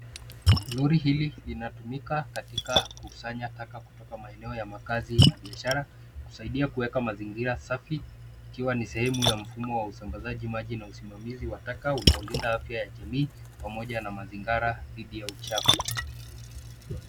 Lori hili linatumika katika kusanya taka kutoka maeneo ya makazi na biashara kusaidia kuweka mazingira safi ikiwa ni sehemu ya mfumo wa usambazaji maji na usimamizi wa taka unaolinda afya ya jamii pamoja na mazingara dhidi ya uchafu.